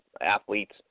athletes